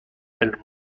del